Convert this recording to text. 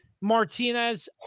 Martinez